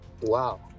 Wow